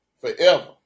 forever